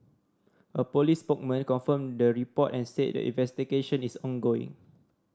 a police spokesman confirmed the report and said the investigation is ongoing